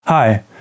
Hi